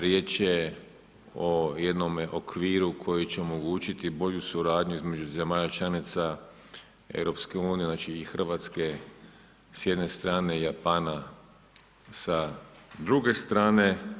Riječ je o jednome okviru koji će omogućiti i bolju suradnju između zemalja članica EU, znači i Hrvatske s jedne strane i Japana sa druge strane.